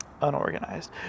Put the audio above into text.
Unorganized